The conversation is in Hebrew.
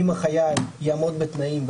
אם החייל יעמוד בתנאים,